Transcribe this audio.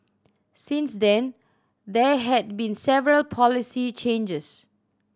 since then there had been several policy changes